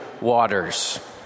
waters